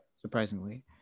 surprisingly